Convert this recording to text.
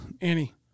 Annie